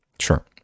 Sure